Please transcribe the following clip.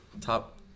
top